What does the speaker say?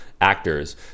actors